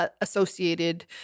associated